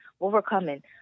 overcoming